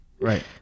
Right